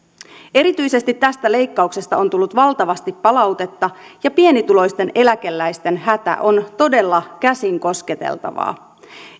erityisesti tästä leikkauksesta on tullut valtavasti palautetta ja pienituloisten eläkeläisten hätä on todella käsin kosketeltavaa